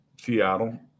seattle